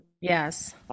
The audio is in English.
Yes